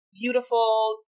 beautiful